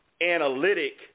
analytic